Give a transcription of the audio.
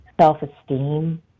self-esteem